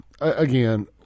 Again